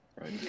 right